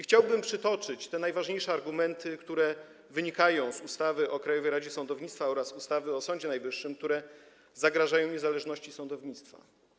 Chciałbym przytoczyć najważniejsze argumenty wynikające z ustawy o Krajowej Radzie Sądownictwa oraz ustawy o Sądzie Najwyższym, które zagrażają niezależności sądownictwa.